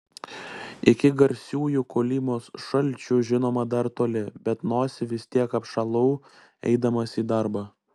iki garsiųjų kolymos šalčių žinoma dar toli bet nosį vis tiek apšalau eidamas į darbą